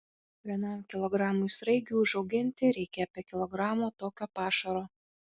vienam kilogramui sraigių užauginti reikia apie kilogramo tokio pašaro